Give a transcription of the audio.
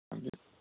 दानदो